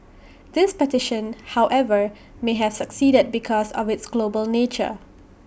this petition however may have succeeded because of its global nature